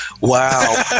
Wow